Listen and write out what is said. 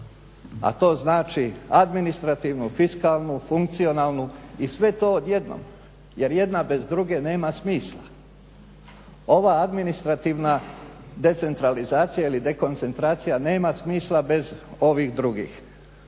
a to znači administrativnu, fiskalnu, funkcionalnu i sve to odjednom jer jedna bez druge nema smisla. Ova administrativna decentralizacija ili dekoncentracija nema smisla bez ovih drugih.